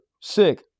Sick